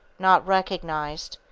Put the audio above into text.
not recognized,